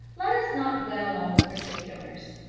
let us not dwell on the particulars.